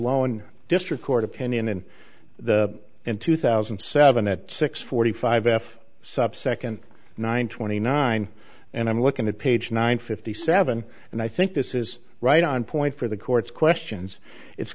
loan district court opinion in the in two thousand and seven at six forty five f subsecond nine twenty nine and i'm looking at page nine fifty seven and i think this is right on point for the courts questions it's